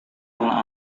anak